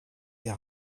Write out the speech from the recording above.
tes